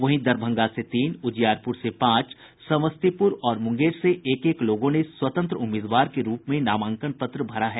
वहीं दरभंगा से तीन उजियारपुर से पांच समस्तीपुर और मुंगेर से एक एक लोगों ने स्वतंत्र उम्मीदवार के रूप में नामांकन पत्र भरा है